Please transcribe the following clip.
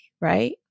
right